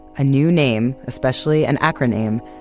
a new name, especially an acroname,